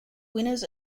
winners